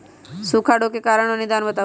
सूखा रोग के कारण और निदान बताऊ?